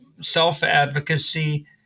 self-advocacy